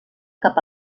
cap